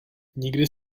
nikdy